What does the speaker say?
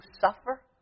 suffer